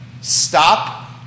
stop